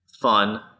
fun